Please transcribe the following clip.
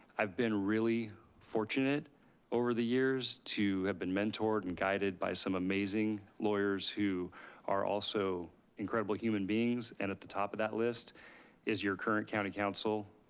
i've been really fortunate over the years to have been mentored and guided by some amazing lawyers who are also incredible human beings. and at the top of that list is your current county counsel,